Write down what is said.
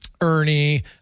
Ernie